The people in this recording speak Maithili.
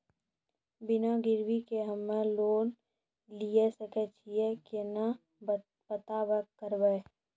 बिना गिरवी के हम्मय लोन लिये सके छियै केना पता करबै?